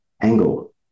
angle